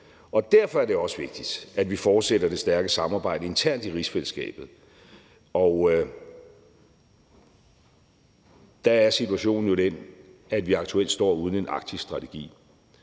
år. Derfor er det også vigtigt, at vi fortsætter det stærke samarbejde internt i rigsfællesskabet, og der er situationen jo den, at vi aktuelt står uden en arktisk strategi.